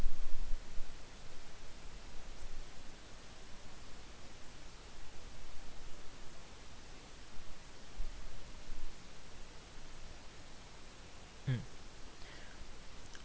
mm